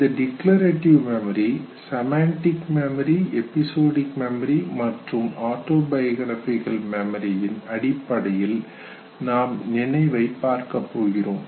இந்த declarative memory semantic memory episodic memory மற்றும் autobiographical memory யின் அடிப்படையில் நாம் நினைவை பார்க்கப் போகிறோம்